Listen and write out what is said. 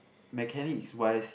mechanics wise